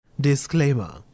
Disclaimer